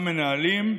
למנהלים,